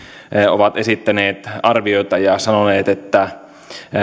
ovat esittäneet arvioita ja sanoneet että